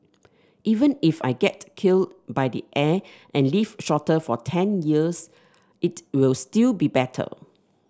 even if I get killed by the air and live shorter for ten years it'll still be better